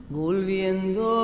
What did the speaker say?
volviendo